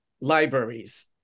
libraries